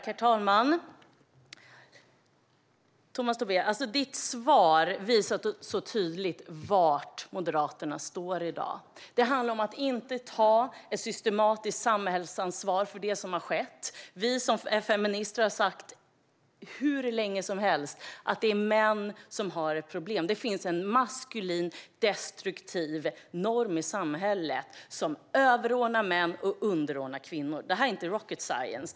Herr talman! Tomas Tobé, ditt svar visar tydligt var Moderaterna står i dag. Det handlar om att inte ta systematiskt samhällsansvar för det som har skett. Vi som är feminister har hur länge som helst sagt att det är män som har ett problem. Det finns en maskulin destruktiv norm i samhället, som överordnar män och underordnar kvinnor. Detta är inte rocket science.